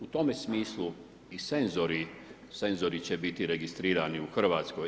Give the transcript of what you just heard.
U tome smislu i senzori će biti registrirani u RH.